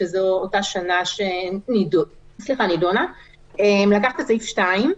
שזו אותה שנה שנידונה - לקחת את סעיף 2,